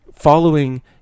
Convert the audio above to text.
following